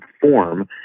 form